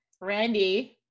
randy